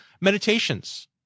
meditations